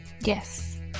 yes